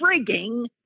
frigging